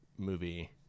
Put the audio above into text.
movie